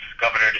governor